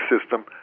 system